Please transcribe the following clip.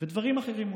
ואולי דברים אחרים.